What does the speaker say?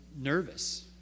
nervous